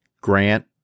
Grant